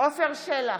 עפר שלח,